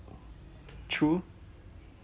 true